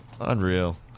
unreal